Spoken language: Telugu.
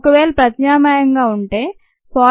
ఒకవేళ ప్రత్యామ్నాయంగా ఉంటే 40